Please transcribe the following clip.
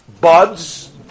buds